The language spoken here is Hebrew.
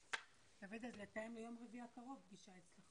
דוד, לתאם ליום רביעי הקרוב פגישה אצלך?